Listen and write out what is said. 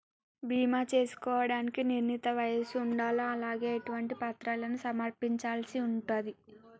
బీమా చేసుకోవడానికి నిర్ణీత వయస్సు ఉండాలా? అలాగే ఎటువంటి పత్రాలను సమర్పించాల్సి ఉంటది?